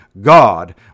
God